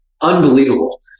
Unbelievable